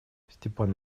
степан